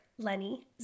Lenny